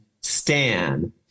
Stan